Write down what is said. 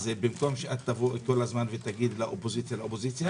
במקום שתגידי: האופוזיציה,